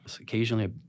occasionally